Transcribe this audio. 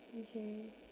okay